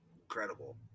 incredible